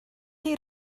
chi